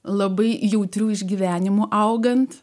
labai jautrių išgyvenimų augant